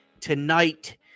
Tonight